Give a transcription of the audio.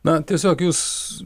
na tiesiog jūs